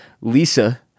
Lisa